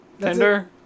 tender